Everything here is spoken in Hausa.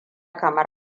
kamar